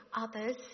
others